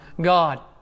God